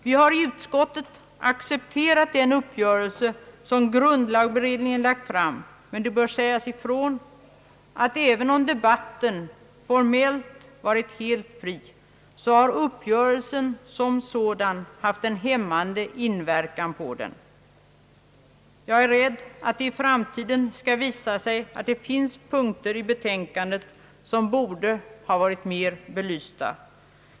Vi har i utskottet accepterat den uppgörelse som grundlagberedningen lagt fram, men det bör sägas ifrån att även om debatten formellt varit fri så har uppgörelsen som sådan haft en hämmande inverkan på den. Jag är rädd att det i framtiden skall visa sig att det finns punkter i betänkandet som borde ha varit mer belysta.